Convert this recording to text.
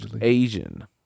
asian